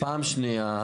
פעם שנייה,